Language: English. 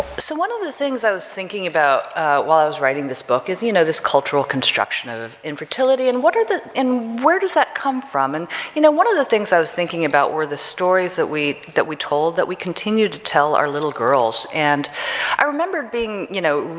so one of the things i was thinking about while i was writing this book is you know this cultural construction of infertility and what are the and where does that come from and you know one of the things i was thinking about were the stories that we that we told that we continue to tell our little girls and i remembered being, you know,